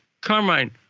Carmine